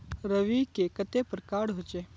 रवि के कते प्रकार होचे?